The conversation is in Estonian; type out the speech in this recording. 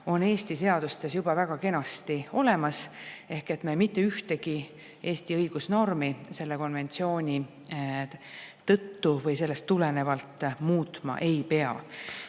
on Eesti seadustes juba väga kenasti olemas ehk mitte ühtegi Eesti õigusnormi selle konventsiooni tõttu või sellest tulenevalt me muutma ei